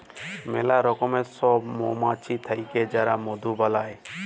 ম্যালা রকমের সব মমাছি থাক্যে যারা মধু বালাই